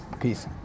peace